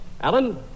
Alan